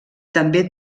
també